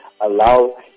allow